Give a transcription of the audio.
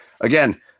again